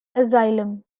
asylum